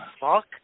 fuck